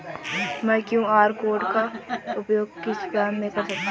मैं QR code का उपयोग किस काम में कर सकता हूं?